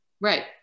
Right